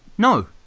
No